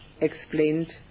explained